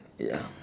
ya